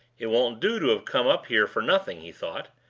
it won't do to have come up here for nothing, he thought,